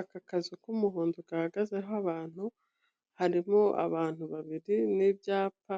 Aka kazu k'umuhondo gahagazeho abantu hariho abantu babiri n'ibyapa